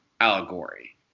allegory